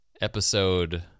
episode